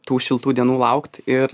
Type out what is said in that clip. tų šiltų dienų laukt ir